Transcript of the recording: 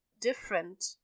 different